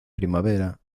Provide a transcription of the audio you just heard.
primavera